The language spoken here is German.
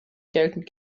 geltend